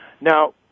Now